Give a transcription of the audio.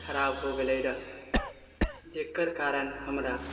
खराब हो गेलै रहए जकर कारण हमरा